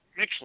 Mixler